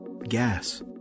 gas